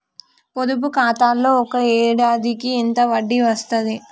పొదుపు ఖాతాలో ఒక ఏడాదికి ఎంత వడ్డీ వస్తది?